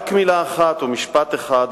משפט אחד,